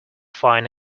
find